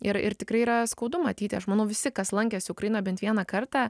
ir ir tikrai yra skaudu matyti aš manau visi kas lankėsi ukrainoje bent vieną kartą